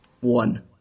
One